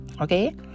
Okay